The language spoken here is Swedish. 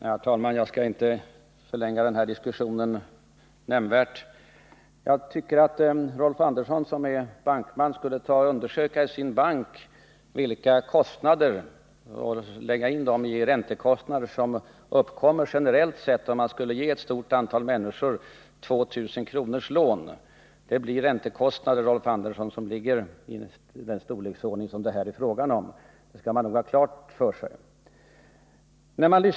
Herr talman! Jag skall inte förlänga denna diskussion nämnvärt. Jag tycker att Rolf Andersson, som är bankman, skall ta och undersöka i sin bank vilka kostnader som uppkommer generellt sett om man skulle ge ett stort antal människor lån på 2 000 kr. och sedan lägga dessa kostnader till räntekostnaderna. Det blir räntekostnader, Rolf Andersson, som ligger på den nivå som det här är fråga om. Det skall man nog ha klart för sig.